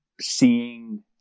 seeing